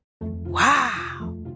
Wow